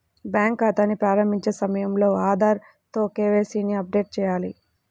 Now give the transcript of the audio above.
bank ఖాతాని ప్రారంభించే సమయంలో ఆధార్ తో కే.వై.సీ ని అప్డేట్ చేయాలి